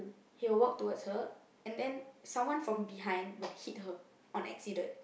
he'll walk towards her and then someone from behind will hit her on accident